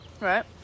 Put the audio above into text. Right